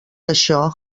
això